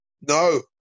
No